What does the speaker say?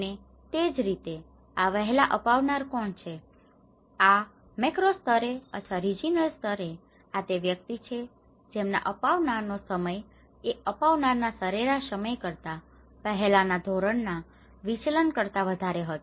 અને તેજરીતે આ વહેલા અપનાવનારા કોણ છે આ મેક્રો સ્તરે અથવા રિજિનલ સ્તરે આ તે વ્યક્તિઓ છે જેમના અપનાવવાનો સમય એ અપનાવવાના સરેરાશ સમય કરતા પહેલાંના ધોરણના વિચલન કરતા વધારે હતો